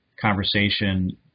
conversation